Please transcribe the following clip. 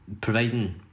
providing